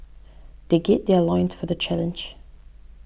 they gird their loins for the challenge